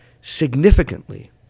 significantly